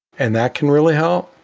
and that can really help,